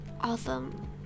awesome